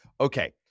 okay